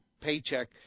paycheck